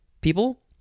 people